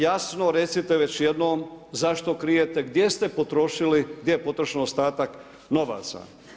Jasno recite već jednom zašto krijete, gdje ste potrošili, gdje je potrošen ostatak novaca?